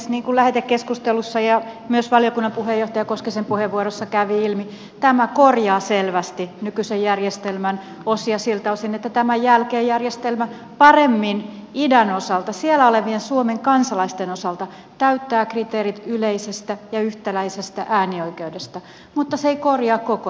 niin kuin lähetekeskustelussa ja myös valiokunnan puheenjohtaja koskisen puheenvuorossa kävi ilmi tämä korjaa selvästi nykyisen järjestelmän osia siltä osin että tämän jälkeen järjestelmä paremmin idän osalta siellä olevien suomen kansalaisten osalta täyttää kriteerit yleisestä ja yhtäläisestä äänioikeudesta mutta se ei korjaa koko järjestelmää